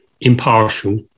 impartial